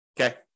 Okay